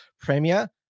Premier